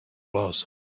was